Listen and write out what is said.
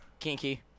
Kinky